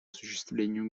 осуществлению